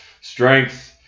strength